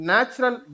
Natural